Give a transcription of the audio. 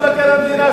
מבקר המדינה,